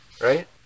right